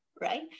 right